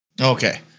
Okay